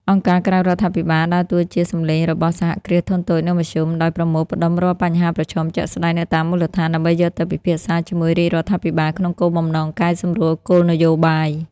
អង្គការក្រៅរដ្ឋាភិបាលដើរតួជា "សំឡេងរបស់ សហគ្រាសធុនតូច និងមធ្យម " ដោយប្រមូលផ្ដុំរាល់បញ្ហាប្រឈមជាក់ស្ដែងនៅតាមមូលដ្ឋាន ដើម្បីយកទៅពិភាក្សាជាមួយរាជរដ្ឋាភិបាលក្នុងគោលបំណងកែសម្រួលគោលនយោបាយ។